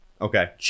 Okay